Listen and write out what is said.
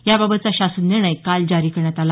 याबाबतचा शासन निर्णय काल जारी करण्यात आला